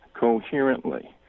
coherently